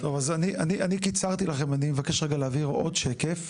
אני אבקש רגע להעביר עוד שקף.